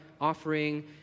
offering